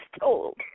told